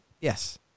yes